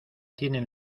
tienen